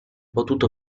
potuto